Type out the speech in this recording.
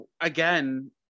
again